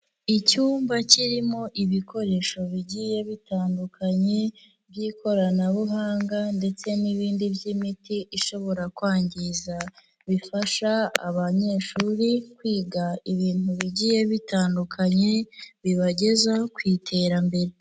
Icyumba kirimo ibikoresho bigiye bitandukanye by'ikoranabuhanga ndetse n'ibindi by'imiti ishobora kwangiza, bifasha abanyeshuri kwiga ibintu bigiye bitandukanye, bibageza ku iterambere.